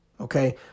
Okay